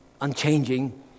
unchanging